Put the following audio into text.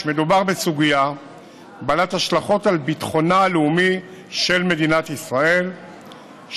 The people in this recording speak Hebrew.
בין הגופים הללו ניתן למנות את חברת החשמל,